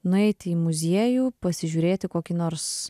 nueiti į muziejų pasižiūrėti kokį nors